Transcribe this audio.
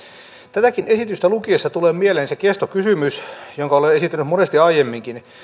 tätäkin esitystä lukiessa tulee mieleen se kestokysymys jonka olen esittänyt monesti aiemminkin